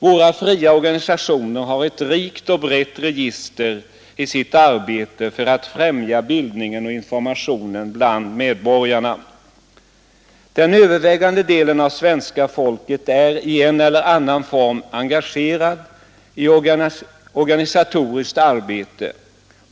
Våra fria organisationer har ett rikt och brett register i sitt arbete för att främja bildningen och informationen bland medborgarna. Den övervägande delen av svenska folket är i en eller annan form engagerad i organisatoriskt arbete.